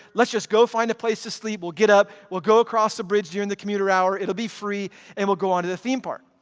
let's just go find a place to sleep, we'll get up, we'll go across the bridge during the commuter hour. it'll be free and we'll go on to the theme park.